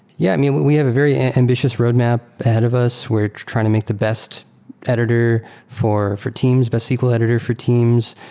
yeah. i mean, we we have a very ambitious roadmap ahead of us. we're trying to make the best editor for for teams, best sql editor for teams,